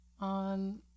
on